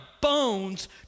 bones